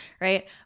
Right